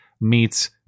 meets